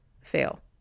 fail